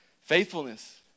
Faithfulness